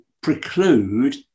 preclude